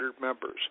members